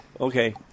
Okay